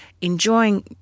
enjoying